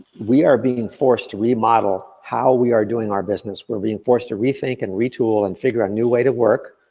we are being forced to remodel how we are doing our business. we're being forced to rethink and retool, and figure out new way to work,